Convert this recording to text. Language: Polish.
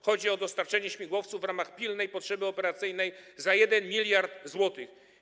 Chodzi o dostarczenie śmigłowców w ramach pilnej potrzeby operacyjnej za 1 mld zł.